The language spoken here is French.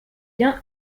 gains